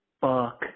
fuck